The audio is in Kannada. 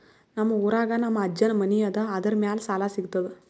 ನಮ್ ಊರಾಗ ನಮ್ ಅಜ್ಜನ್ ಮನಿ ಅದ, ಅದರ ಮ್ಯಾಲ ಸಾಲಾ ಸಿಗ್ತದ?